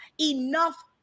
enough